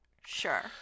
Sure